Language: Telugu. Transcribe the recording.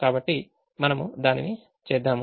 కాబట్టి మనము దానిని చేద్దాము